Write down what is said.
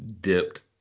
dipped